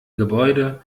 gebäude